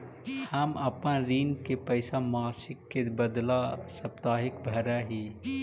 हम अपन ऋण के पैसा मासिक के बदला साप्ताहिक भरअ ही